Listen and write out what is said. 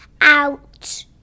out